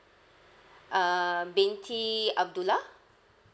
err binti abdullah